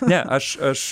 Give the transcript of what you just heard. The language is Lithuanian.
ne aš aš